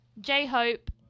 J-Hope